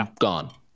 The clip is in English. gone